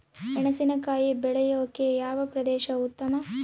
ಮೆಣಸಿನಕಾಯಿ ಬೆಳೆಯೊಕೆ ಯಾವ ಪ್ರದೇಶ ಉತ್ತಮ?